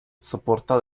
soporta